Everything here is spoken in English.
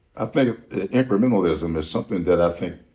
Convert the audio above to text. ah the the incrementalism is something that i think